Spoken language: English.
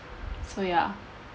so ya